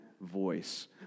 voice